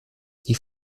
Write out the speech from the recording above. die